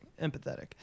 empathetic